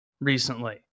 Recently